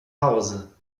hause